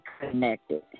connected